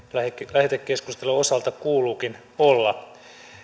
lähetekeskustelujen osalta kuuluukin olla